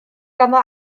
ganddo